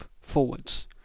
forwards